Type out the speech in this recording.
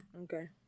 Okay